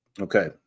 Okay